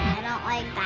i don't like